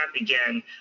again